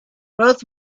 both